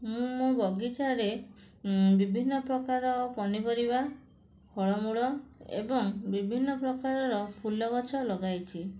ମୁଁ ମୋ ବଗିଚାରେ ବିଭିନ୍ନପ୍ରକାର ପନିପରିବା ଫଳମୂଳ ଏବଂ ବିଭିନ୍ନପ୍ରକାରର ଫୁଲଗଛ ଲଗାଇଛି